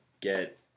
get